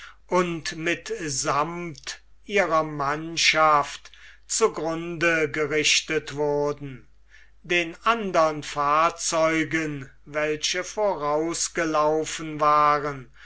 und mit sammt ihrer mannschaft zu grunde gerichtet wurden den andern fahrzeugen welche vorausgelaufen waren